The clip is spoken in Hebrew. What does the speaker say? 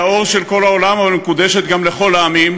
היא האור של כל העולם, אבל מקודשת גם לכל העמים,